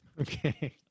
Okay